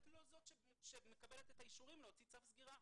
את לא זאת שמקבלת את האישורים להוציא צו סגירה.